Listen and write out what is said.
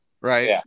Right